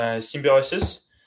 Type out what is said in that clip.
Symbiosis